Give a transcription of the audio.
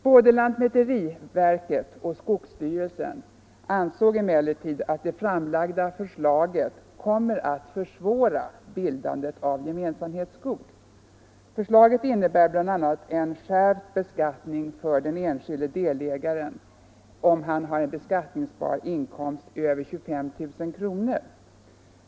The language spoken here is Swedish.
Både lantmäteriverket och skogsstyrelsen ansåg emellertid att det framlagda förslaget kommer att försvåra bildandet av gemensamhetsskog. Förslaget innebär bl.a. en skärpt beskattning för den enskilde delägaren om han har en beskattningsbar inkomst över 25 000 kr.